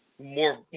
More